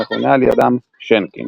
המכונה על ידם "שינקין".